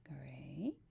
Great